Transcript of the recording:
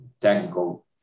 technical